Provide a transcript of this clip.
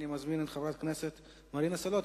אני מזמין את חברת הכנסת מרינה סולודקין.